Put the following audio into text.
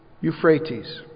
Euphrates